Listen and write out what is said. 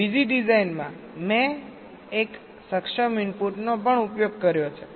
બીજી ડિઝાઇનમાં મેં એક સક્ષમ ઇનપુટનો પણ ઉપયોગ કર્યો છે